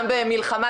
גם במלחמה,